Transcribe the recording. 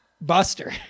Buster